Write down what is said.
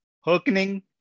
hearkening